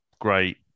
great